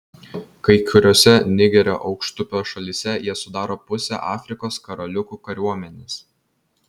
kai kuriose nigerio aukštupio šalyse jie sudaro pusę afrikos karaliukų kariuomenės